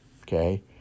Okay